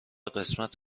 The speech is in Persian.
قسمت